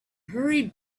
hurried